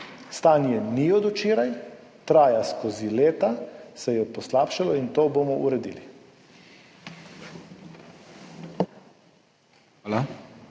Stanje ni od včeraj, traja leta, se je poslabšalo in to bomo uredili.